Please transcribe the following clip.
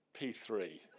P3